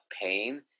pain